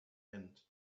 end